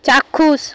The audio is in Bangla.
চাক্ষুষ